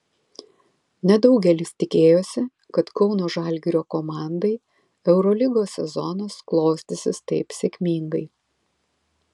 nedaugelis tikėjosi kad kauno žalgirio komandai eurolygos sezonas klostysis taip sėkmingai